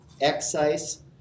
excise